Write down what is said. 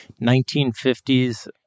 1950s